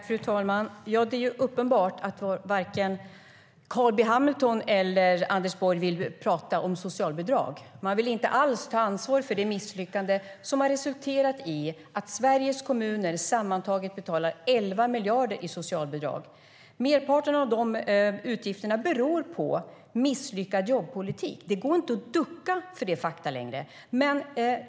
Fru talman! Ja, det är uppenbart att varken Carl B Hamilton eller Anders Borg vill prata om socialbidrag. Man vill inte alls ta ansvar för det misslyckande som har resulterat i att Sveriges kommuner sammantaget betalar 11 miljarder i socialbidrag. Merparten av de utgifterna beror på misslyckad jobbpolitik. Det går inte att ducka för det faktumet längre.